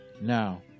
Now